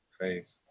faith